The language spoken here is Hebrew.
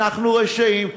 אנחנו רשעים.